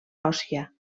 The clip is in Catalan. òssia